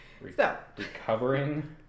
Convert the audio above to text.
Recovering